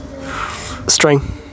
string